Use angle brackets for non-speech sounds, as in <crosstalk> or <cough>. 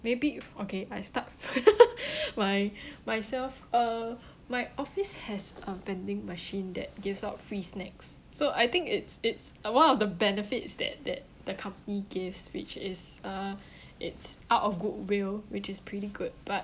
maybe okay I start <laughs> <breath> my <breath> myself or my office has a vending machine that gives out free snacks so I think it's it's uh one of the benefits that that the company gives which is uh <breath> it's out of goodwill which is pretty good but